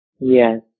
Yes